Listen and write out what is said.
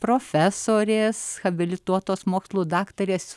profesorės habilituotos mokslų daktarės